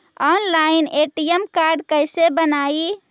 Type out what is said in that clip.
Online ATM card कैसे बनाई?